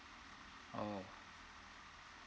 oh